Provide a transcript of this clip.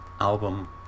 album